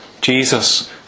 Jesus